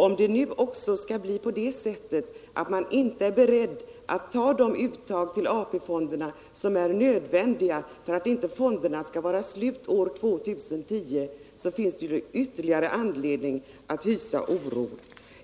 Om man nu inte heller är beredd att göra de uttag till AP fonderna som är nödvändiga för att inte fonderna skall vara slut år 2010, finns det ytterligare anledning att hysa oro.